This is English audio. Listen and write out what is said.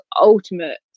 ultimate